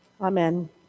Amen